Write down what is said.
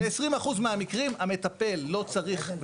ב-20% מהמקרים המטפל לא צריך,